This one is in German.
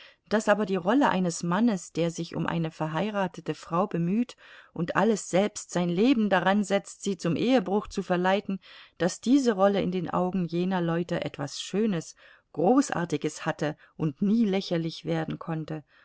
daß aber die rolle eines mannes der sich um eine verheiratete frau bemüht und alles selbst sein leben daransetzt sie zum ehebruch zu verleiten daß diese rolle in den augen jener leute etwas schönes großartiges hatte und nie lächerlich werden konnte